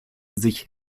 sich